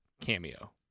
cameo